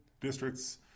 districts